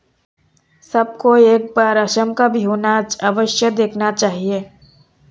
सबको एक बार असम का बिहू नाच अवश्य देखना चाहिए